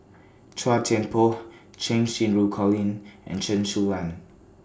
Chua Thian Poh Cheng Xinru Colin and Chen Su Lan